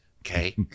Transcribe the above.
Okay